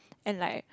and like